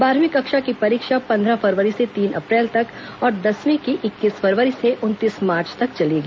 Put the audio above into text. बारहवीं कक्षा की परीक्षा पंद्रह फरवरी से तीन अप्रैल तक और दसवीं की इक्कीस फरवरी से उनतीस मार्च तक चलेगी